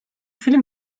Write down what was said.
film